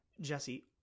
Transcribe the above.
Jesse